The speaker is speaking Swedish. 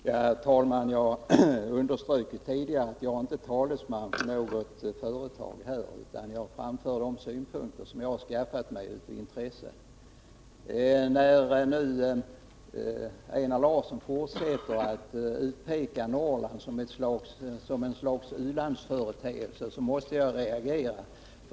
Herr talman! Jag underströk tidigare att jag inte är talesman för något företag, utan jag framför synpunkter som jag har skaffat mig av eget intresse. När nu Einar Larsson fortsätter att utpeka Norrland som ett slags u-landsföreteelse, måste jag reagera.